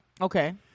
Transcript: Okay